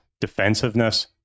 defensiveness